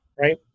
right